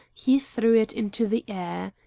he threw it into the air.